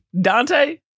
Dante